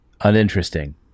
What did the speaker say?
uninteresting